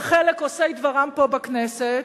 וחלק עושי דברם פה בכנסת.